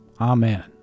Amen